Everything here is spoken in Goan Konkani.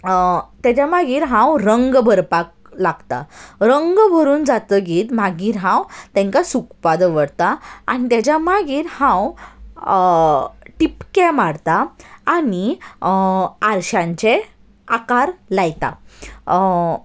ताच्या मागीर हांव रंग भरपाक लागतां रंग भरून जातकच मागीर हांव तांकां सुकपा दवरता आनी ताच्या मागीर हांव टिपकें मारता आनी आरश्यांचे आकार लायता